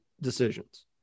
decisions